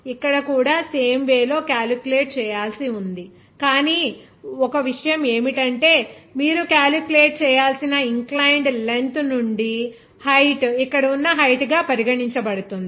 ఇక్కడ కూడా same way లో క్యాలిక్యులేట్ చేయాల్సి ఉంది కానీ ఒకే విషయం ఏమిటంటే మీరు క్యాలిక్యులేట్ చేయాల్సిన ఇన్ క్లయిన్ద్ లెంగ్త్ నుండి హైట్ ఇక్కడ ఉన్న హైట్ గా పరిగణించబడుతుంది